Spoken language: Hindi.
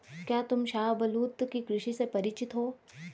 क्या तुम शाहबलूत की कृषि से परिचित हो?